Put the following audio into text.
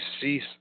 cease